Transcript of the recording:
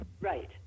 Right